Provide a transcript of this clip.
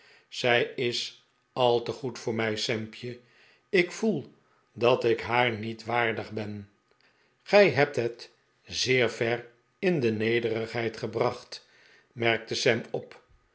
zij is al te goed voor mij sampje ik voel dat ik haar niet waardig ben gij hebt het zeer ver in de nederigheid gebracht merkte sam op